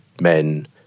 men